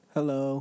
Hello